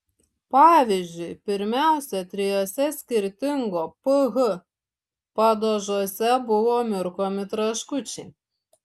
pavyzdžiui pirmiausia trijuose skirtingo ph padažuose buvo mirkomi traškučiai